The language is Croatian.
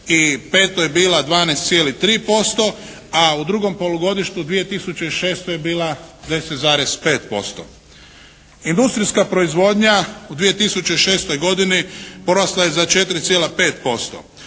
u 2005. bila 12,3%, a u drugom polugodištu 2006. je bila 10,5%. Industrijska proizvodnja u 2006. godini porasla je za 4,5%.